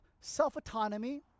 self-autonomy